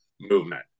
movement